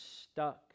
stuck